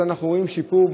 אז אנחנו רואים שיפור,